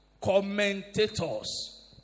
commentators